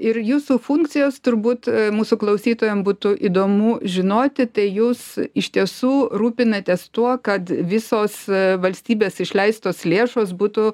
ir jūsų funkcijos turbūt mūsų klausytojam būtų įdomu žinoti tai jūs iš tiesų rūpinatės tuo kad visos valstybės išleistos lėšos būtų